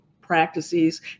practices